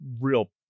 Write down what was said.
real